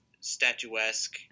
statuesque